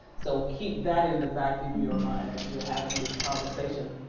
so keep that in the back of your mind as we're having this conversation,